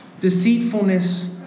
deceitfulness